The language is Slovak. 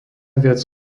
viac